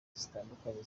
zitandukanye